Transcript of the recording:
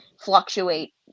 fluctuate